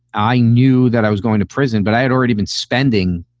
i knew that i was going to prison, but i had already been spending.